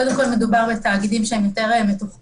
קודם כול, מדובר בתאגידים שהם יותר מתוחכמים.